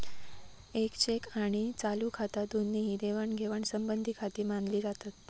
येक चेक आणि चालू खाता दोन्ही ही देवाणघेवाण संबंधीचीखाती मानली जातत